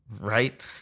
right